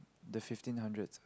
the fifteen hundred